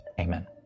Amen